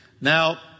Now